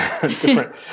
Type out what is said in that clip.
Different